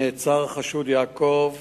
נעצר החשוד יעקב